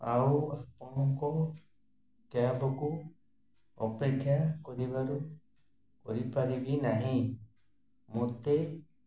ଆଉ ଆପଣଙ୍କ କ୍ୟାବ୍କୁ ଅପେକ୍ଷା କରିବାରୁ କରିପାରିବି ନାହିଁ ମୋତେ